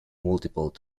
multiple